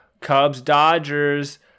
Cubs-Dodgers